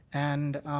and